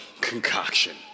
concoction